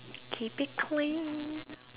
keep it clean